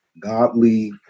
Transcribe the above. godly